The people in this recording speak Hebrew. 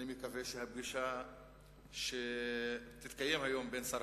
אני מקווה שהפגישה שתתקיים היום בין שר